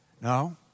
No